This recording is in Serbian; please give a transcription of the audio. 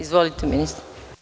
Izvolite, ministre.